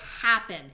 happen